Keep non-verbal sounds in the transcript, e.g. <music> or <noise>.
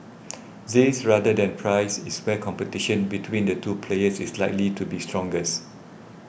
<noise> this rather than price is where competition between the two players is likely to be strongest